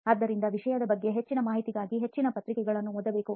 ಆದ್ದರಿಂದ ವಿಷಯದ ಬಗ್ಗೆ ಹೆಚ್ಚಿನ ಮಾಹಿತಿಗಾಗಿ ಹೆಚ್ಚಿನ ಪತ್ರಿಕೆಗಳನ್ನು ಓದಬಹುದು